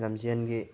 ꯂꯝꯖꯦꯜꯒꯤ